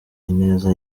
ineza